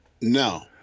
No